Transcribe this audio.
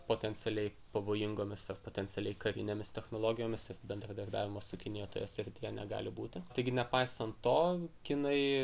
potencialiai pavojingomis ar potencialiai karinėmis technologijomis ir bendradarbiavimo su kinija toje srityje negali būti taigi nepaisant to kinai